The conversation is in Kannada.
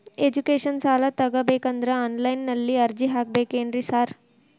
ಎಜುಕೇಷನ್ ಸಾಲ ತಗಬೇಕಂದ್ರೆ ಆನ್ಲೈನ್ ನಲ್ಲಿ ಅರ್ಜಿ ಹಾಕ್ಬೇಕೇನ್ರಿ ಸಾರ್?